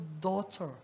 daughter